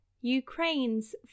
Ukraine's